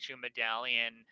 medallion